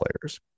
players